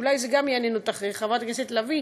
ואולי זה יעניין אותך, חברת הכנסת לביא: